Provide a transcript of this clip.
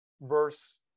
verse